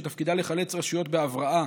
ותפקידה לחלץ רשויות בהבראה